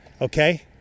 Okay